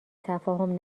تفاهم